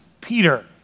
Peter